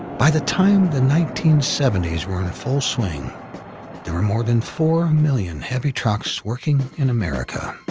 by the time the nineteen seventy s were in full swing, there were more than four million heavy trucks working in america.